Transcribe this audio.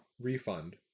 refund